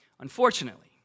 Unfortunately